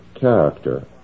character